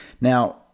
Now